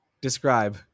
describe